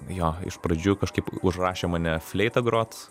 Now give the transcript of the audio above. jo iš pradžių kažkaip užrašė mane fleita grot